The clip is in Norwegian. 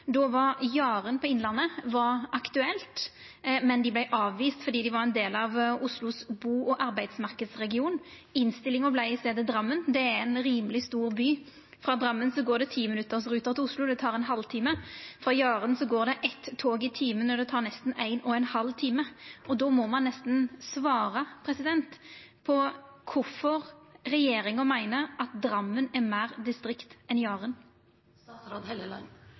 Jaren i Innlandet var aktuelt, men vart avvist fordi det var ein del av Oslos bo- og arbeidsmarknadsregion. Innstillinga vart i staden Drammen. Det er ein rimeleg stor by. Frå Drammen går det timinuttsruter til Oslo, og det tek ein halvtime. Frå Jaren går det eitt tog i timen, og det tek nesten éin og ein halv time. Då må ein nesten svara på kvifor regjeringa meiner at Drammen er meir distrikt enn